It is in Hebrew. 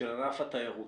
של ענף התיירות.